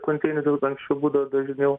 konteinerių anksčiau būdavo dažniau